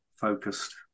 focused